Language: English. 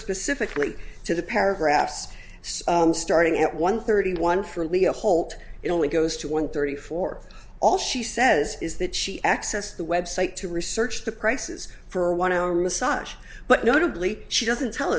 specifically to the paragraphs starting at one thirty one for leo holt it only goes to one thirty four all she says is that she access the website to research the prices for a one hour massage but notably she doesn't tell